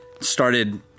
Started